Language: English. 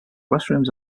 restrooms